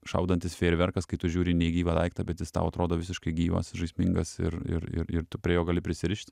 šaudantis fejerverkas kai tu žiūri į negyvą daiktą bet jis tau atrodo visiškai gyvas žaismingas ir ir ir ir tu prie jo gali prisirišt